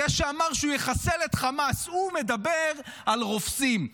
זה שאמר שהוא יחסל את חמאס, הוא מדבר על רופסים.